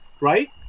right